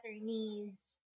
knees